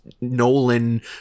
Nolan